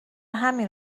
همین